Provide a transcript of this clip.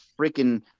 freaking